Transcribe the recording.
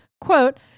quote